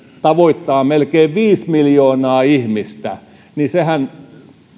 tavoittaa melkein viisi miljoonaa ihmistä